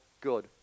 good